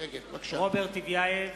רוברט טיבייב,